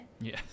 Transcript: Yes